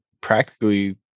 practically